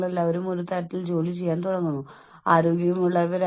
നിങ്ങൾക്ക് പരിമിതമായ ശേഷിയാണ് പരിമിതമായ ശാരീരിക ശക്തിയാണ് ഉള്ളത്